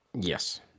Yes